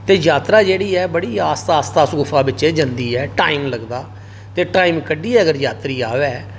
ते यात्रा जेहड़ी ऐ बड़ी आस्ता आस्ता उस गुफा च जंदी ऐ ते टाइम कड्ढियै अगर यात्री आवै ते